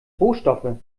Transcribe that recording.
rohstoffe